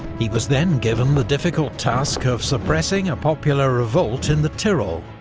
he was then given the difficult task of suppressing a popular revolt in the tyrol,